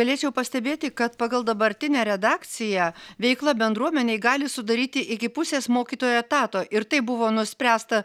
galėčiau pastebėti kad pagal dabartinę redakciją veikla bendruomenei gali sudaryti iki pusės mokytojo etato ir tai buvo nuspręsta